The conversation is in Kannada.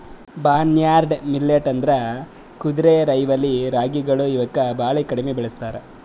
ಬಾರ್ನ್ಯಾರ್ಡ್ ಮಿಲ್ಲೇಟ್ ಅಂದುರ್ ಕುದುರೆರೈವಲಿ ರಾಗಿಗೊಳ್ ಇವುಕ್ ಭಾಳ ಕಡಿಮಿ ಬೆಳುಸ್ತಾರ್